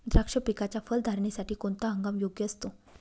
द्राक्ष पिकाच्या फलधारणेसाठी कोणता हंगाम योग्य असतो?